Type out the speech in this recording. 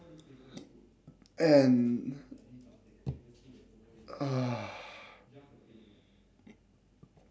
and uh